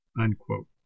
unquote